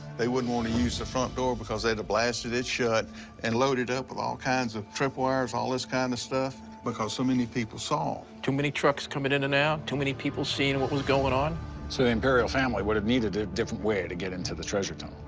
they wouldn't want to use the front door, because they'd have blasted it shut and loaded up with all kinds of tripwires, all this kind of stuff, because so many people saw. too many trucks coming in and out, too many people seeing what was going on. so the imperial family would've needed a different way to get into the treasure tunnel.